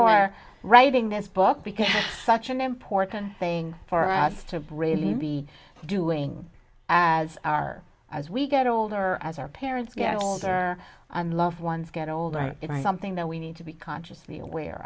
are writing this book because such an important thing for us to brain to be doing as our as we get older as our parents get older and love ones get older something that we need to be consciously aware